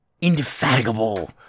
indefatigable